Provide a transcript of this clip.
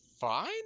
fine